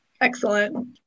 Excellent